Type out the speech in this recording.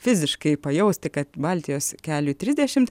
fiziškai pajausti kad baltijos keliui trisdešimt